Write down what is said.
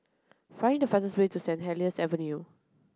find the fastest way to Saint Helier's Avenue